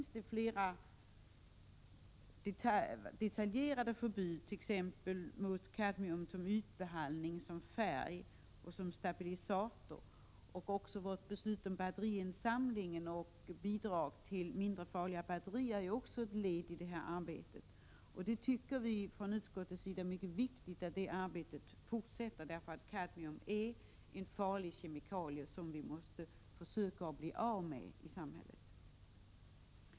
Nu har det emellertid införts mer detaljerade förbud, t.ex. förbud mot att använda kadmium för ytbehandling eller som färgämne och stabilisator. Vårt beslut om batteriinsamlingen och bidragen för tillverkning av mindre farliga batterier är ju också ett led i arbetet för att minska kadmiumanvändningen, Vi i utskottet tycker att det är mycket viktigt att det arbetet fortsätter, eftersom kadmium är ett farligt ämne som vi måste försöka bli av med i samhället.